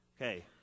Okay